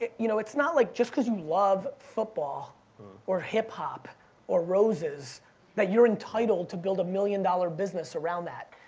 you know, it's not like just cause you love football or hip hop or roses that you're entitled to build a million dollar business around that.